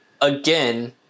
again